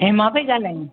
हेमां पई ॻाल्हाईं